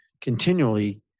continually